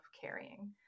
carrying